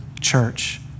church